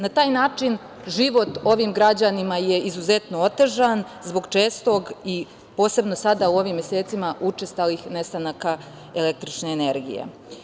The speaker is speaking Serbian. Na taj način život ovim građanima je izuzetno otežan, zbog čestog, posebno sada u ovim mesecima učestalih nestanaka električne energije.